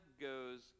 goes